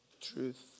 truth